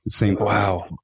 Wow